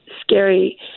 scary